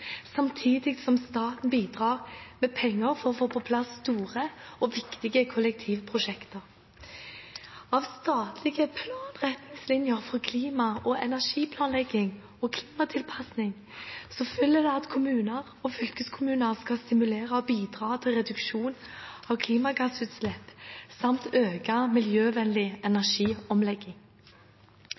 samtidig som staten bidrar med penger til å få på plass store og viktige kollektivprosjekter i byene. Av statlige planretningslinjer for klima- og energiplanlegging og klimatilpassing følger det at kommuner og fylkeskommuner skal stimulere og bidra til reduksjon av klimagassutslipp samt økt miljøvennlig energiomlegging.